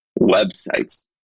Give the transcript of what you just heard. websites